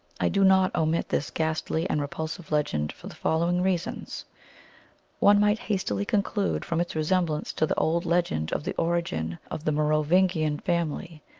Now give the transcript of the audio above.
i do not omit this ghastly and repulsive legend for the following reasons one might hastily conclude, from its resemblance to the old legend of the origin of the merovingian family,